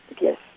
Yes